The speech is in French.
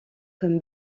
comme